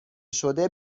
شده